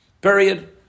Period